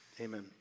Amen